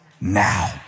now